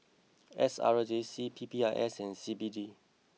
S R J C P P I S and C B D